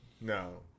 No